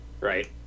right